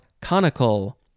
conical